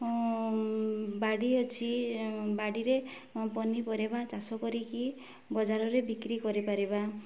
ବାଡ଼ି ଅଛି ବାଡ଼ିରେ ପନିପରିବା ଚାଷ କରିକି ବଜାରରେ ବିକ୍ରି କରିପାରିବା